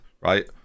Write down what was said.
right